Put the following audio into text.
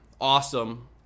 awesome